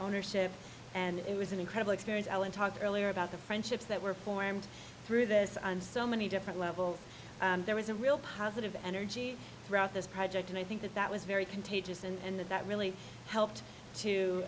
ownership and it was an incredible experience allan talked earlier about the friendships that were formed through this on so many different levels there was a real positive energy throughout this project and i think that that was very contagious and that really helped to